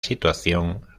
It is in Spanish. situación